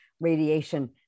radiation